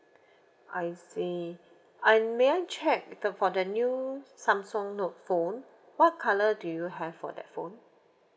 I see and may I check the for the new samsung note phone what colour do you have for that phone